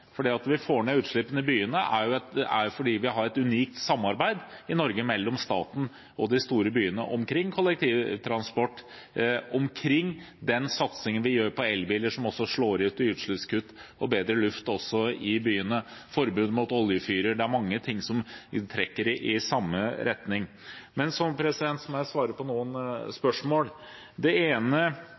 at vi får ned utslippene i byene, skjer jo fordi vi har et unikt samarbeid i Norge mellom staten og de store byene om kollektivtransport, om den satsingen vi har på elbiler, som også slår ut i utslippskutt og bedre luft i byene, og fordi vi har forbud mot oljefyrer. Det er mange ting som trekker i samme retning. Så vil jeg svare på noen spørsmål. Det ene